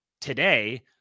today